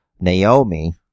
Naomi